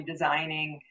redesigning